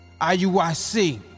IUIC